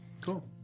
cool